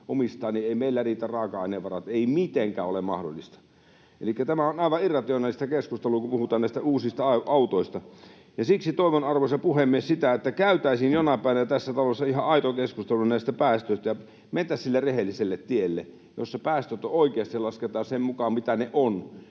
sähköautot, niin ei meillä riitä raaka-ainevarat. Ei mitenkään ole mahdollista. Elikkä tämä on aivan irrationaalista keskustelua, kun puhutaan näistä uusista autoista. Siksi, arvoisa puhemies, toivon, että käytäisiin jonain päivänä tässä talossa ihan aito keskustelu näistä päästöistä ja mentäisiin sille rehelliselle tielle, jossa päästöt oikeasti lasketaan sen mukaan, mitä ne